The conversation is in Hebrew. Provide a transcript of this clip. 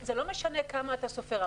זה לא משנה כמה אתה סופר.